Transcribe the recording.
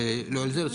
אוקיי, אבל לא על זה.